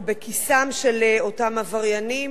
ובכיסם של אותם עבריינים.